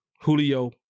Julio